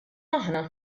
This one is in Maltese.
aħna